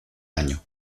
año